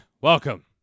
welcome